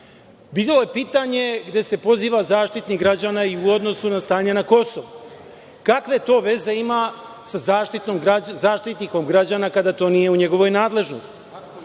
Bilo je pitanje gde se proziva Zaštitnik građana i u odnosu na stanje na Kosovu. Kakve to veze ima sa Zaštitnikom građana, kada to nije u njegovoj nadležnosti? Ono